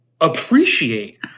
appreciate